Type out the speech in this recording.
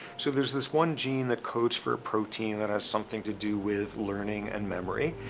so there's this one gene that encodes for a protein that has something to do with learning and memory.